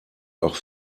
auch